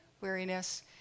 weariness